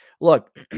Look